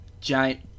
giant